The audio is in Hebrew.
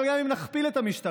אבל גם אם נכפיל את המשטרה,